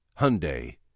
Hyundai